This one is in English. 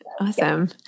Awesome